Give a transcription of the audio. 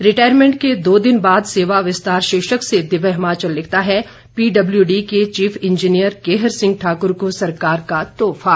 retirement के दो दिन बाद सेवा विस्तार शीर्षक से दिव्य हिमाचल लिखता है पीडब्ल्यूडी के चीफ इंजीनियर केहर सिंह ठाकुर को सरकार का तोहफा